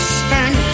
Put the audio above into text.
stand